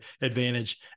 advantage